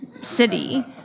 city